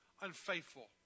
unfaithful